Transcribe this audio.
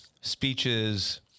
speeches